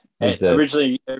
Originally